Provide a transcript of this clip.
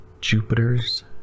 Jupiter's